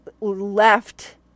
left